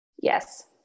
Yes